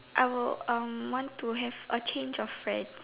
I will um want to have a change of friends